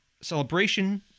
celebration